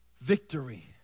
victory